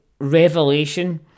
revelation